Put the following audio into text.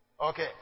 Okay